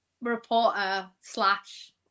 reporter/slash